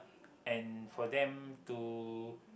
and for them to